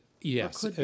Yes